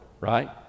right